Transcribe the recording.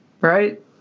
right